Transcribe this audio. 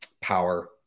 power